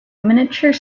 miniature